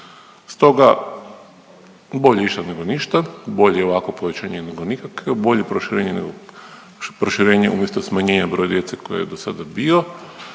Stoga bolje išta neko ništa, bolje i ovakvo povećanje nego nikakvo, bolje proširenje nego, proširenje umjesto smanjenja broja djeca koji je dosada bio